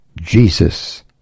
Jesus